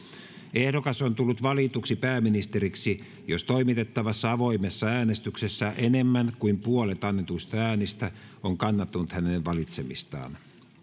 ehdokas on tullut valituksi pääministeriksi jos toimitettavassa avoimessa äänestyksessä enemmän kuin puolet annetuista äänistä on kannattanut hänen valitsemistaan